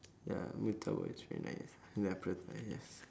ya murtabak is very nice ya prata yes